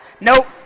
Nope